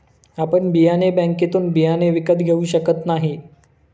आपण बियाणे बँकेतून बियाणे विकत घेऊ शकत नाही